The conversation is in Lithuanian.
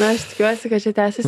na aš tikiuosi kad čia tęsis